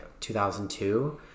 2002